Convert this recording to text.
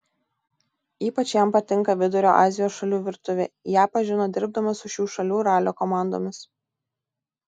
ypač jam patinka vidurio azijos šalių virtuvė ją pažino dirbdamas su šių šalių ralio komandomis